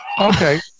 Okay